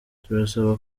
turasaba